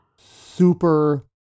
super